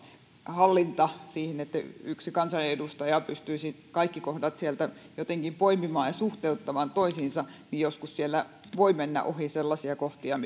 hallinta että yksi kansanedustaja pystyisi kaikki kohdat sieltä jotenkin poimimaan ja suhteuttamaan toisiinsa joskus siellä voi mennä ohi sellaisia kohtia